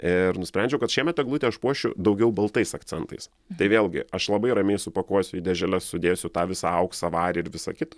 ir nusprendžiau kad šiemet eglutę aš puošiu daugiau baltais akcentais tai vėlgi aš labai ramiai supakuosiu į dėželes sudėsiu tą visą auksą varį ir visą kitą